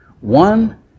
one